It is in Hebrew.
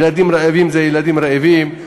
ילדים רעבים הם ילדים רעבים,